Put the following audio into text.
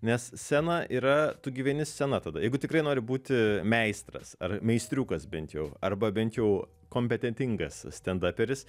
nes scena yra tu gyveni scena tada jeigu tikrai nori būti meistras ar meistriukas bent jau arba bent jau kompetentingas stendaperis